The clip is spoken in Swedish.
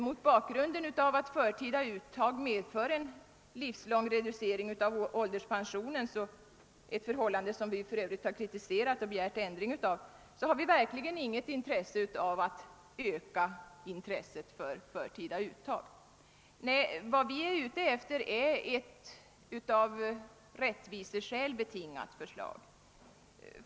Mot bakgrunden av att förtida uttag medför en livslång reducering av ålderspensionen — ett förhållande som vi har kritiserat och begärt ändring av — har vi verkligen ingen önskan att öka intresset för förtida uttag. Nej, vad vi är ute efter är ett av rättviseskäl betingat förslag.